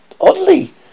oddly